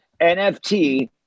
NFT